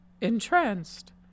entranced